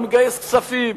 הוא מגייס כספים,